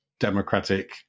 democratic